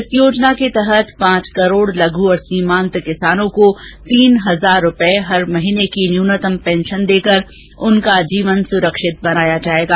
इस योजना के तहत पांच करोड़ लघू और सीमान्त किसानों को तीन हजार रूपये हर महीने की न्यूनतम पेंशन देकर उनका जीवन स्रक्षित बनाया जायेगा